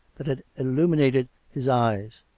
that had illuminated his eyes.